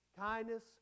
kindness